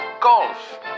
golf